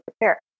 prepare